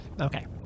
Okay